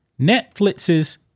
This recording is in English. Netflix's